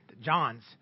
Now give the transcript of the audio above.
John's